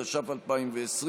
התש"ף 2020,